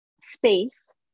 space